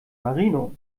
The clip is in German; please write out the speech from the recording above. marino